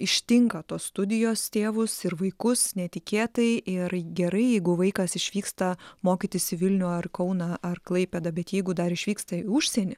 ištinka tos studijos tėvus ir vaikus netikėtai ir gerai jeigu vaikas išvyksta mokytis į vilnių ar kauną ar klaipėdą bet jeigu dar išvyksta į užsienį